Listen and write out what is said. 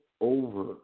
over